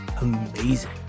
amazing